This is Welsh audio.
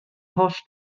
holl